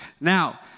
Now